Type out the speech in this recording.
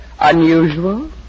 Unusual